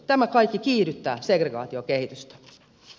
tämä kaikki kiihdyttää segregaatiokehitystä